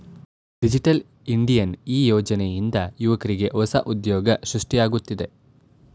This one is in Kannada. ಡಿಜಿಟಲ್ ಇಂಡಿಯಾ ಈ ಯೋಜನೆಯಿಂದ ಯುವಕ್ರಿಗೆ ಹೊಸ ಉದ್ಯೋಗ ಸೃಷ್ಟಿಯಾಗುತ್ತಿದೆ